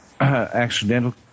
Accidental